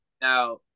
Now